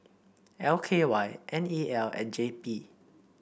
L K Y N E L and J P